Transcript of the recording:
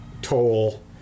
Toll